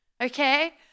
Okay